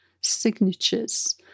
signatures